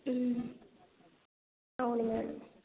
అవును మేడం